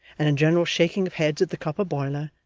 and a general shaking of heads at the copper boiler,